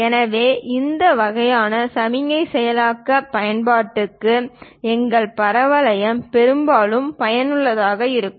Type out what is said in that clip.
எனவே இந்த வகையான சமிக்ஞை செயலாக்க பயன்பாடுகளுக்கு எங்கள் பரவளையங்கள் பெரும்பாலும் பயனுள்ளதாக இருக்கும்